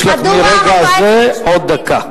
יש לך מרגע זה עוד דקה.